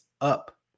up